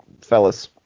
fellas